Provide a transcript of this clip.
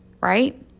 right